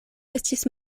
estis